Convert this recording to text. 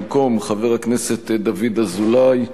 במקום חבר הכנסת דוד אזולאי,